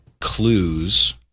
clues